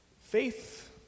Faith